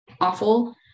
awful